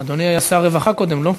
אדוני היה שר הרווחה קודם, לא?